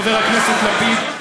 חבר הכנסת לפיד,